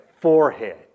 forehead